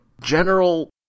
general